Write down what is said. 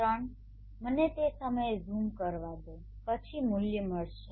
3 મને તે સમયે ઝૂમ કરવા દો પછી તમને મૂલ્ય મળશે